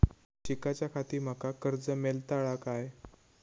शिकाच्याखाती माका कर्ज मेलतळा काय?